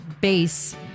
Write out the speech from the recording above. base